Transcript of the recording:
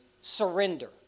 surrender